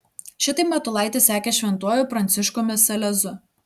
šitaip matulaitis sekė šventuoju pranciškumi salezu